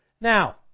Now